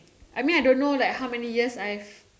I mean I don't know like how many years I've